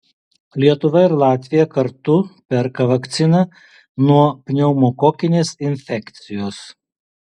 lietuva ir latvija kartu perka vakciną nuo pneumokokinės infekcijos